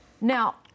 Now